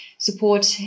support